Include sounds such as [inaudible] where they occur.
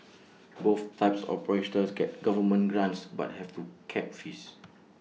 both types of [unintelligible] get government grants but have to cap fees